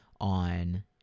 on